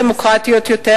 דמוקרטיות יותר,